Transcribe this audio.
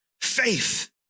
faith